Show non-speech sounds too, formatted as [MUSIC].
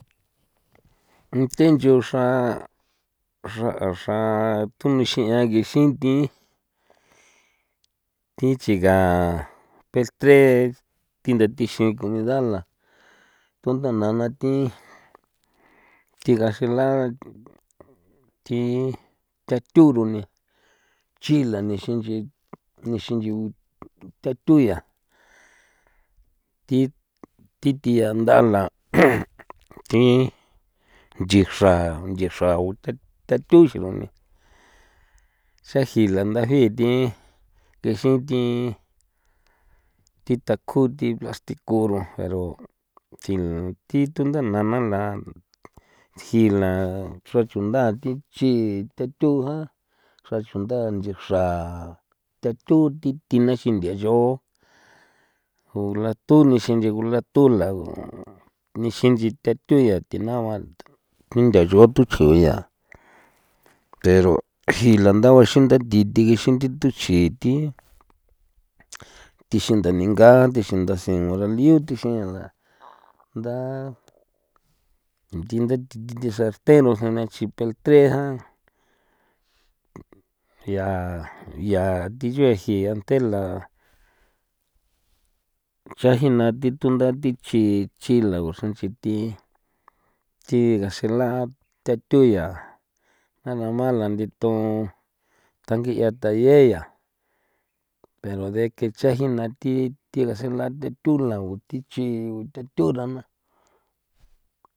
Ute ncho xraa xra a xra tugixiꞌan gixin thin thi chigan peltre thi ntha thixin comidala tundana thi thi gasela thi chathuro ni chi la nixin nixin nchion thuya thi thi thianda la [NOISE] thi nchixra nchixra ndatuyuni saji la ndajii thi thi jithin thi takjoo thi lastikuro pero tsii thi tundana na la jii la xra chundaa thi chi thathuꞌan xra chunda nchixra tathoo thithe na jinche yoo ko latoo lixin nge gulato la nixin nchecha thue ya thenauan jintha yutochjuin ya pero jii la ndauexin ndathi thigexin thi tuchji thi thixin ndaniꞌnga a thixin ndasin gudanlio thixin nda nda thinde thi nchi sarte na jinchie chi peltre jan ya yaa thiye ji lantee la chajina thi tunda thi chi chi la uxranche thi thi chigasela tatho ya a ma la nditon tangiꞌa taye ya pero de ke icha jina thi thi gasela thetho lago thi chi thetho la na.